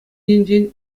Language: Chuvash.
енчен